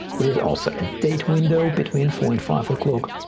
there is also a date window between four and five o'clock.